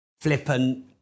flippant